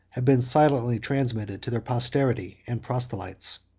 have been silently transmitted to their posterity and proselytes.